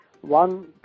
one